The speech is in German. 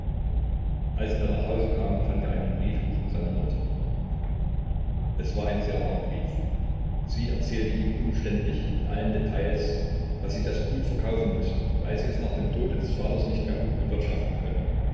als er nach hause kam fand er einen brief von seiner mutter es war ein sehr langer brief sie erzählte ihm umständlich mit allen details daß sie das gut verkaufen mußte weil sie es nach dem tode des vaters nicht mehr gut bewirtschaften könne